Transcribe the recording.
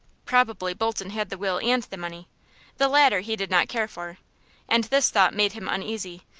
probably bolton had the will and the money the latter he did not care for and this thought made him uneasy,